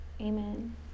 Amen